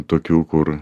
tokių kur